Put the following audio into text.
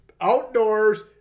outdoors